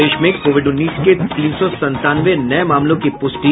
प्रदेश में कोविड उन्नीस के तीन सौ संतानवे नये मामलों की पुष्टि